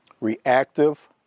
reactive